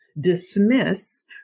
dismiss